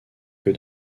que